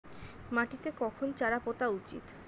মাটিতে কখন চারা পোতা উচিৎ?